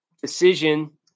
decision